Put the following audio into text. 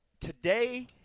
today –